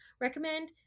recommend